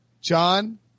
John